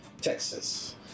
Texas